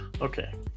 Okay